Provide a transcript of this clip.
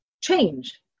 change